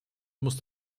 musst